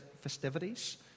festivities